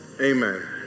Amen